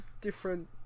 different